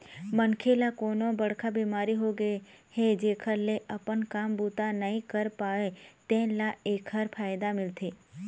मनखे ल कोनो बड़का बिमारी होगे हे जेखर ले अपन काम बूता नइ कर पावय तेन ल एखर फायदा मिलथे